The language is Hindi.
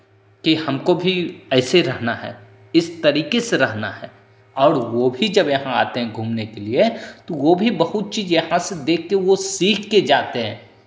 कि हमको भी ऐसे रहना है इस तरीके से रहना है और वो भी जब यहाँ आते हैं जब घूमने के लिए वो भी बहुत चीज़ यहाँ से देखके वो सीख के जाते हैं